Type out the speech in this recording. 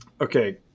Okay